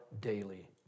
daily